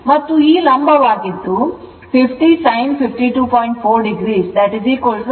ಮತ್ತು ಈ ಲಂಬವಾದದ್ದು 50 sine 52